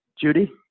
Judy